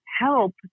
help